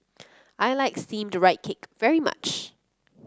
I like steamed Rice Cake very much